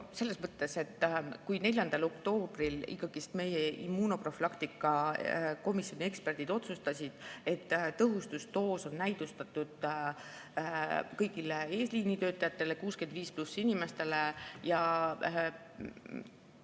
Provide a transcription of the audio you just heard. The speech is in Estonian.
teie soovitate? Kui 4. oktoobril ikkagi meie immunoprofülaktika komisjoni eksperdid otsustasid, et tõhustusdoos on näidustatud kõigile eesliinitöötajatele, 65+ inimestele ja